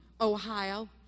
Ohio